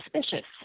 suspicious